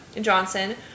Johnson